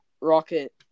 rocket